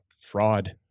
fraud